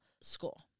School